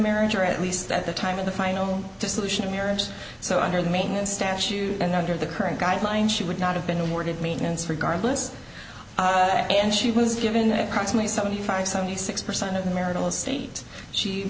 marriage or at least at the time of the final dissolution of marriage so under the maintenance statute and under the current guidelines she would not have been awarded maintenance regardless and she was given a consummate seventy five seventy six percent of the marital estate she